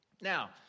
Now